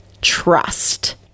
trust